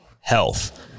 health